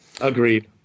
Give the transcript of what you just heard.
Agreed